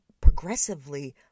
progressively